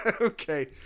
Okay